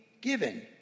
given